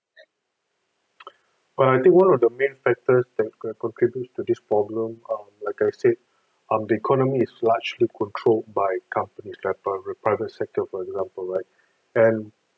err I think one of the main factors that contribute to this problem um like I said um the economy is largely controlled by companies like private private sector for example like and